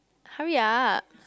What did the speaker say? hurry up